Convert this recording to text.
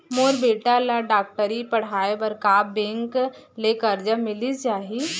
मोर बेटा ल डॉक्टरी पढ़ाये बर का बैंक ले करजा मिलिस जाही?